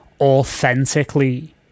authentically